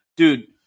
Dude